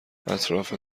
اطراف